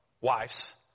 wives